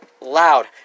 loud